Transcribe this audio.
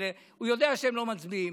אבל הוא יודע שהם לא מצביעים.